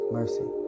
mercy